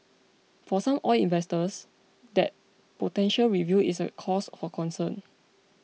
for some oil investors that potential review is a cause for concern